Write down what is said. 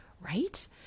right